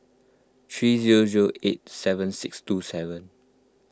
three zero zero eight seven six two seven